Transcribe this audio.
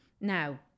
Now